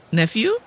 nephew